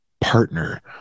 partner